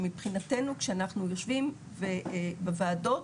שמבחינתנו שאנחנו יושבים בוועדות,